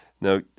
Now